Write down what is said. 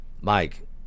Mike